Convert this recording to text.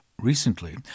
Recently